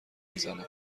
میزنم